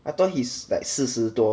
I thought is like 四十多